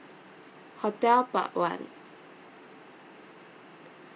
hotel part one